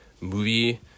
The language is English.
movie